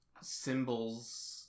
symbols